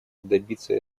добиться